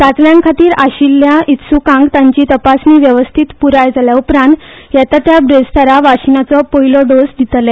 चाचण्याखातीर आशियल्ल्या इत्सुकांक तांची तपासणी व्यवस्थीत पुराय जाल्या उपरांत येता त्या ब्रेस्तारां वाशिनाचो पयली डोस दितले